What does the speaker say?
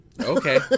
Okay